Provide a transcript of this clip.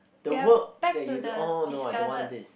the work that you do orh no I don't want this